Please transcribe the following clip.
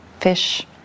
fish